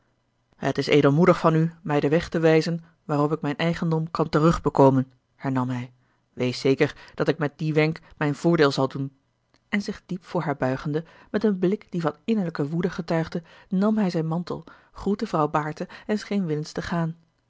t is edelmoedig van u mij den weg te wijzen waarop ik mijn eigendom kan terugbekomen hernam hij wees zeker dat ik met dien wenk mijn voordeel zal doen en zich diep voor haar buigende met een blik die van innerlijke woede getuigde nam hij zijn mantel groette vrouw baerte en scheen willens te gaan